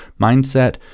mindset